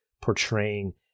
portraying